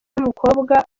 n’umukobwa